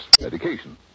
medication